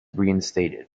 reinstated